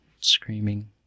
screaming